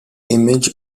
image